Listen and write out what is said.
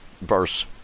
verse